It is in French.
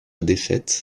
défaite